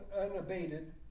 unabated